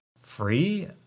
Free